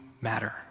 matter